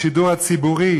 השידור הציבורי